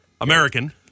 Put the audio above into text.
American